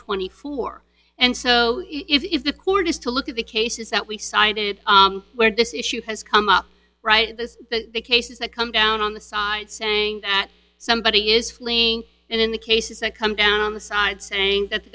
twenty four and so if the court is to look at the cases that we cited where this issue has come up right this the cases that come down on the side saying that somebody is filling in the cases that come down on the side saying that the